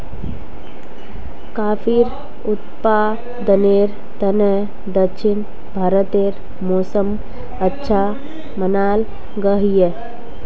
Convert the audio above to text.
काफिर उत्पादनेर तने दक्षिण भारतेर मौसम अच्छा मनाल गहिये